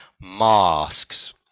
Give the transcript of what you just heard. masks